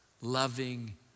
loving